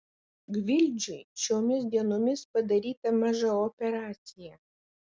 gvildžiui šiomis dienomis padaryta maža operacija